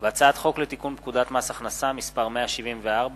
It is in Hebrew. והצעת חוק לתיקון פקודת מס הכנסה (מס' 174,